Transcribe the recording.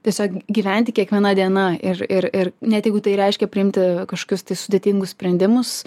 tiesiog gyventi kiekviena diena ir ir ir net jeigu tai reiškia priimti kažkokius tai sudėtingus sprendimus